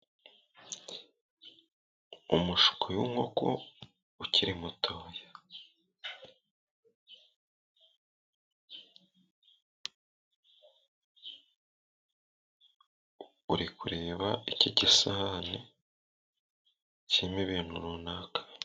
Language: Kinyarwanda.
Umushwi w'inkoko ukiri mutoya uri kureba iki gisahani kirimo ibintu runaka.